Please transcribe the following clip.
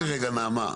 תקשיבי רגע נעמה,